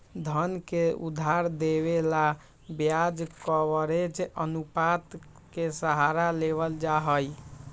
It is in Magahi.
धन के उधार देवे ला ब्याज कवरेज अनुपात के सहारा लेवल जाहई